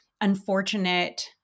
unfortunate